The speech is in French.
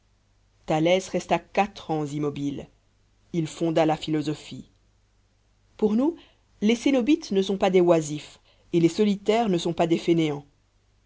thalès resta quatre ans immobile il fonda la philosophie pour nous les cénobites ne sont pas des oisifs et les solitaires ne sont pas des fainéants